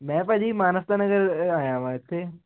ਮੈਂ ਭਾਅ ਜੀ ਮਾਨਸਤਾ ਨਗਰ ਆਇਆ ਇਥੇ